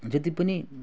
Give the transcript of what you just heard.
जति पनि